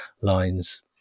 lines